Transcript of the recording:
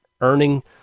earning